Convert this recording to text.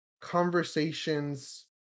conversations